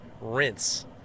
rinse